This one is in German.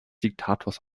diktators